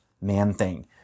Man-Thing